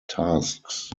tasks